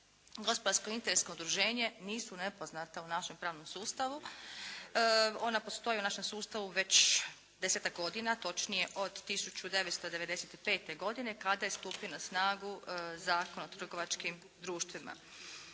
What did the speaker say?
gospodarsko interesno udruženje nisu nepoznata u našem pravnom sustavu. Ona postoje u našem sustavu već 10-ak godina, točnije od 1995. godine kada je stupio na snagu Zakon o trgovačkim društvima.